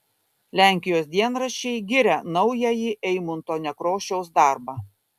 lenkijos dienraščiai giria naująjį eimunto nekrošiaus darbą